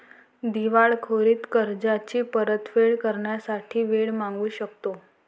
दिवाळखोरीत कर्जाची परतफेड करण्यासाठी वेळ मागू शकतो